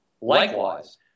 Likewise